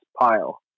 pile